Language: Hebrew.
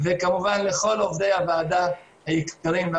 היא חזרה ואמרה לי שהיא לא יכלה להיכנס לבית